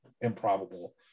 improbable